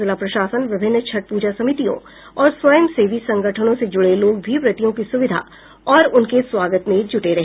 जिला प्रशासन विभिन्न छठ पूजा समितियों और स्वयं सेवी संगठनों से जुड़े लोग भी व्रतियों की स्विधा और उनके स्वागत में जूटे रहे